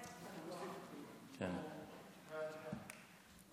ההצעה להעביר את הנושא לוועדת הכספים